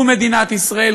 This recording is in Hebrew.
זו מדינת ישראל,